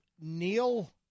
Neil